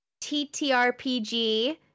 ttrpg